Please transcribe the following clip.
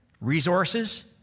resources